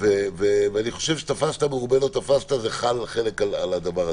אני חושב שתפסת מרובה לא תפסת חל על הדבר הזה.